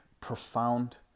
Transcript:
profound